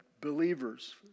believers